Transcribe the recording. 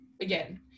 again